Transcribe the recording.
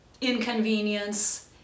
inconvenience